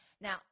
Now